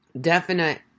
definite